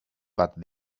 but